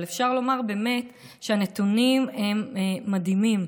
אבל אפשר לומר שהנתונים הם מדהימים: